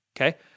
okay